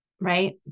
right